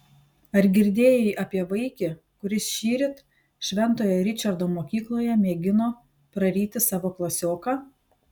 ar girdėjai apie vaikį kuris šįryt šventojo ričardo mokykloje mėgino praryti savo klasioką